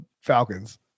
Falcons